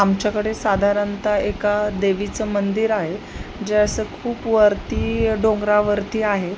आमच्याकडे साधारणतः एका देवीचं मंदिर आहे जे अस असं खूप वरती डोंगरावरती आहे